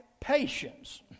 patience